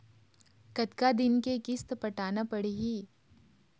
कतका दिन के किस्त पटाना पड़ही?